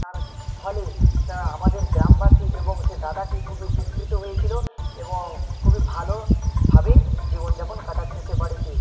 তার ফলে আমাদের গ্রামবাসী এবং সে দাদাটি খুবই উপকৃত হয়েছিলো এবং খুবই ভালো ভাবে জীবন যাপন কাটাচ্ছে সে বাড়িতে